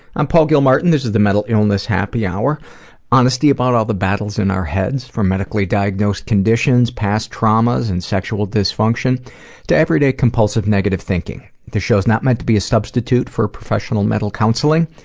i'm paul gilmartin. this is the mental illness happy hour honesty about all the battles in our heads, from medically-diagnosed conditions, past traumas, and sexual dysfunction to everyday compulsive, negative thinking. this show's not meant to be a substitute for professional mental counseling.